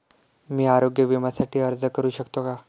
मी आरोग्य विम्यासाठी अर्ज करू शकतो का?